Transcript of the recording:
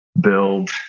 build